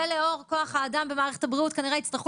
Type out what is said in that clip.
ולאור כוח האדם במערכת הבריאות כנראה יצטרכו